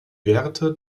werte